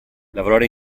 lavorare